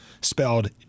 spelled